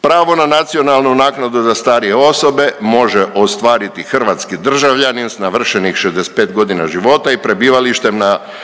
Pravo na nacionalnu naknadu za starije osobe može ostvariti hrvatski državljanin sa navršenih 65 godina života i prebivalištem na